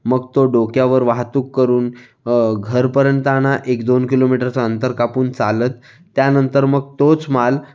मग तो डोक्यावर वाहतूक करून घरपर्यंत आणा एक दोन किलोमीटरचं अंतर कापून चालत त्यानंतर मग तोच माल